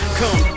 come